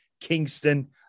Kingston